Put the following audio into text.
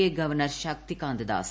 I governor Shaktikanta Das